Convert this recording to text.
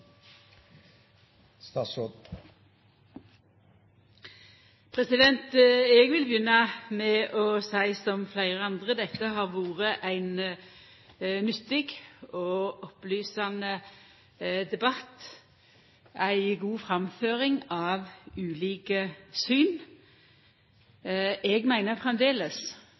framtiden. Eg vil begynna med å seia som fleire andre: Dette har vore ein nyttig og opplysande debatt, ei god framføring av ulike syn. Eg meiner